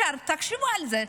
תחשבו על זה.